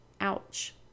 Ouch